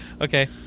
Okay